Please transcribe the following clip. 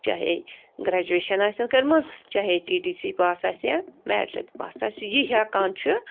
چاہیے گرٛیجویشن آسٮ۪ن کٔرمٕژ چاہیے ٹی ٹی سی پاس آسہِ یا میٹرک پاس آسہِ یہِ ہٮ۪کان چھُ